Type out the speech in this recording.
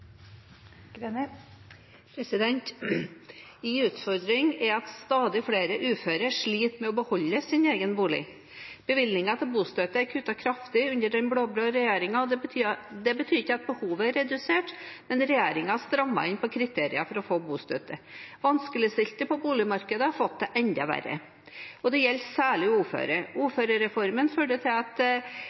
at stadig flere uføre sliter med å beholde sin egen bolig. Bevilgningen til bostøtte er kuttet kraftig under den blå-blå regjeringen. Det betyr ikke at behovet er redusert, men regjeringen strammer inn på kriteriene for å få bostøtte. Vanskeligstilte på boligmarkedet har fått det enda verre, og det gjelder særlig uføre. Uførereformen førte til at